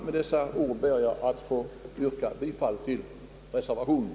Med desa ord ber jag att få yrka bifall till reservationen.